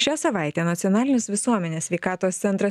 šią savaitę nacionalinis visuomenės sveikatos centras